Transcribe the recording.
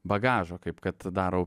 bagažo kaip kad daro